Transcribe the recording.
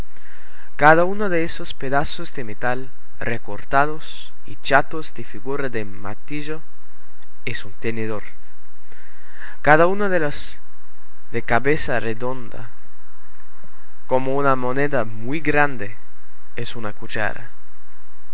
cada uno de esos pedazos de metal recortados y chatos de figura de martillo es un tenedor cada uno de los de cabeza redonda como una moneda muy grande es una cuchara